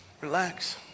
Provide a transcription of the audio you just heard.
Relax